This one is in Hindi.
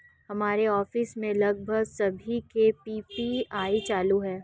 हमारे ऑफिस में लगभग सभी के पी.पी.आई चालू है